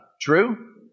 True